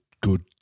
good